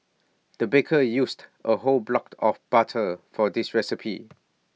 the baker used A whole blocked of butter for this recipe